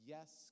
Yes